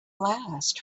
last